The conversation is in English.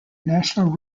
national